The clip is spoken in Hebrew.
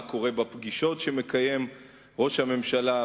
מה קורה בפגישות שמקיים ראש הממשלה,